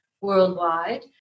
worldwide